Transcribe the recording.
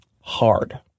hard